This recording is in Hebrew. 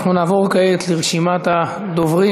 אנחנו נעבור כעת לרשימת הדוברים.